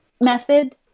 method